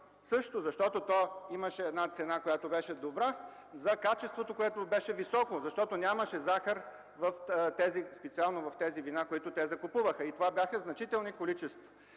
тогава, защото то имаше една цена, която беше добра за качеството, което беше високо, защото специално в тези вина, които те закупуваха, нямаше захар. Това бяха значителни количества.